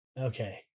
Okay